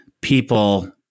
people